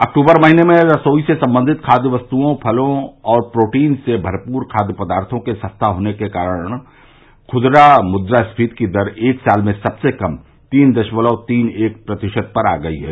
October महीने में रसोई से संबंधित खाद्य वस्तुओं फलों और प्रोटीन से भरपूर खाद्य पदार्थों के सस्ता होने के कारण खुदरा मुद्रास्फीति की दर एक साल में सबसे कम तीन दशमलव तीन एक प्रतिशत पर आ गई है